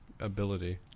ability